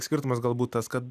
skirtumas galbūt tas kad